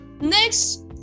next